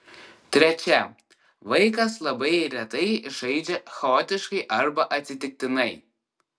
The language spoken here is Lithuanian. trečia vaikas labai retai žaidžia chaotiškai arba atsitiktinai